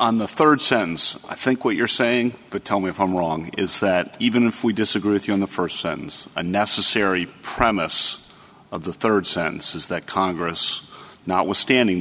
on the third sentence i think what you're saying but tell me if i'm wrong is that even if we disagree with you on the first sentence a necessary promise of the third sentence is that congress notwithstanding